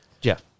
Jeff